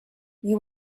you